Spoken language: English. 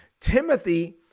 Timothy